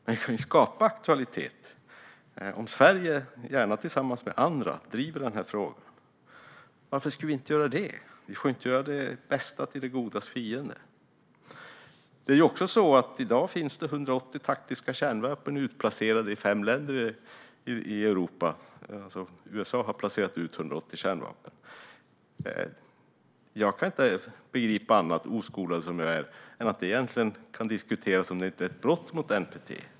Det kan skapa aktualitet om Sverige, gärna tillsammans med andra, driver den här frågan. Varför skulle vi inte göra det? Vi får ju inte göra det bästa till det godas fiende. Det är också så att det i dag finns 180 taktiska kärnvapen utplacerade av USA i fem länder i Europa. Jag kan inte begripa annat, oskolad som jag är, än att det egentligen kan diskuteras om detta inte är ett brott mot NPT.